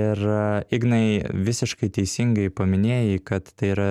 ir ignai visiškai teisingai paminėjai kad tai yra